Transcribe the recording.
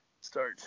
Start